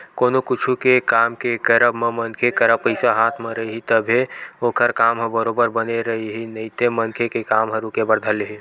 कोनो कुछु के काम के करब म मनखे करा पइसा हाथ म रइही तभे ओखर काम ह बरोबर बने रइही नइते मनखे के काम ह रुके बर धर लिही